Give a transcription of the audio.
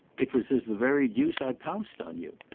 it was as the very deuce i pounced on you.